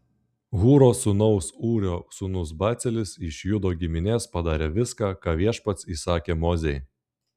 hūro sūnaus ūrio sūnus becalelis iš judo giminės padarė viską ką viešpats įsakė mozei